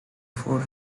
for